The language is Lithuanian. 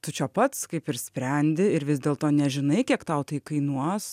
tu čia pats kaip ir sprendi ir vis dėlto nežinai kiek tau tai kainuos